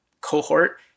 cohort